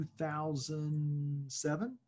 2007